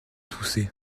tousser